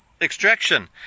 extraction